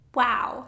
wow